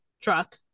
truck